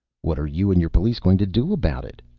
what are you and your police going to do about it?